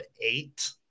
eight